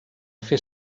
fer